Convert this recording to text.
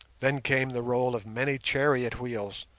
then came the roll of many chariot wheels,